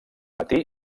matí